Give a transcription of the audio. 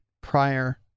prior